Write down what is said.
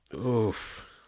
Oof